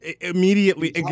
Immediately